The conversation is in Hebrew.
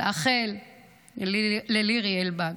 לאחל ללירי אלבג